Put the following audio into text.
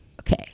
Okay